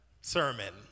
sermon